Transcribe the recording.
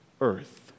earth